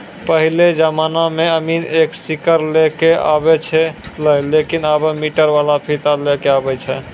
पहेलो जमाना मॅ अमीन एक सीकड़ लै क आबै छेलै लेकिन आबॅ मीटर वाला फीता लै कॅ आबै छै